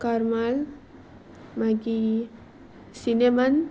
कारमल मागीर सिनेमान